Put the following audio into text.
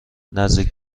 نزدیک